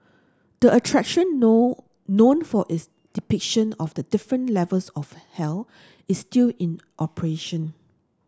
the attraction know known for its depiction of the different levels of hell is still in operation